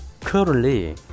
Currently